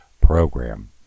program